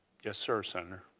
yes sir, senator.